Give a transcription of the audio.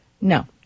No